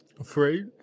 Afraid